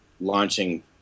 launching